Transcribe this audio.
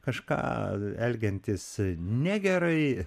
kažką elgiantis negerai